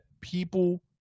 people